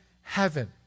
heaven